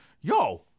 Yo